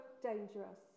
dangerous